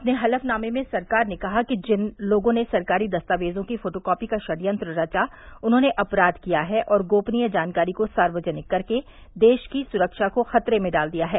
अपने हलफनामे में सरकार ने कहा कि जिन लोगों ने सरकारी दस्तावेजों की फोटोकापी का षडयंत्र रचा उन्होंने अपराध किया है और गोपनीय जानकारी को सार्वजनिक कर के देश की सुरक्षा को खतरे में डाल दिया है